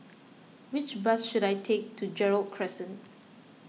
which bus should I take to Gerald Crescent